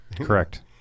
Correct